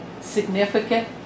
Significant